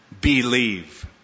believe